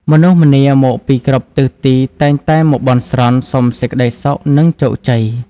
មនុស្សម្នាមកពីគ្រប់ទិសទីតែងតែមកបន់ស្រន់សុំសេចក្ដីសុខ និងជោគជ័យ។